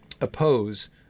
oppose